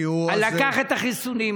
לקח את החיסונים,